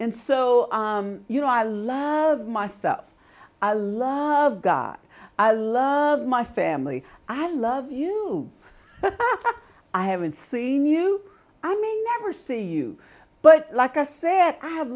and so you know i love myself i love god i love my family i love you i haven't seen you i may never see you but like i said i have